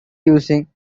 using